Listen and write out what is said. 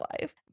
life